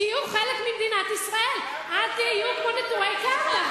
תהיו חלק ממדינת ישראל, אל תהיו כמו נטורי קרתא.